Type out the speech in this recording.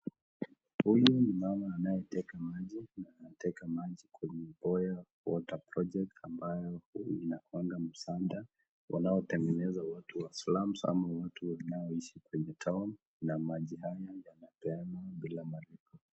Huyu ni mama anayeteka maji, na anateka maji kwenye mboyo water project ambayo inakuwanga msaada unaotengeneza watu qa slams ama watu wa wanaoishi kwenye town, na maji haya yanapeanwa bila malipo.